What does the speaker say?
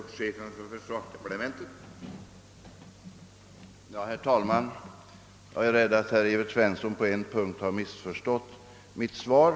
Herr talman! Jag är rädd för att herr Evert Svensson i Kungälv på en punkt har missförstått mitt svar.